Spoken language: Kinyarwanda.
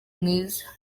mwiza